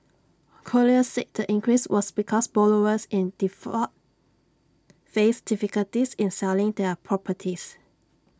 colliers said the increase was because borrowers in default faced difficulties in selling their properties